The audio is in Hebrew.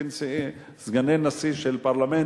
כסגני נשיא של פרלמנט,